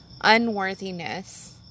unworthiness